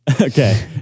Okay